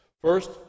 First